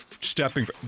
Stepping